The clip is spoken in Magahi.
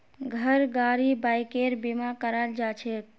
घर गाड़ी बाइकेर बीमा कराल जाछेक